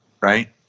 right